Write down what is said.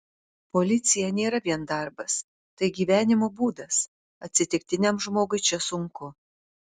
policija nėra vien darbas tai gyvenimo būdas atsitiktiniam žmogui čia sunku